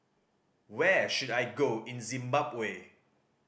where should I go in Zimbabwe